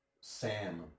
Sam